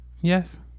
Yes